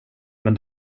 men